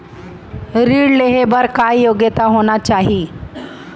ऋण लेहे बर का योग्यता होना चाही?